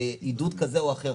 עידוד כזה או אחר,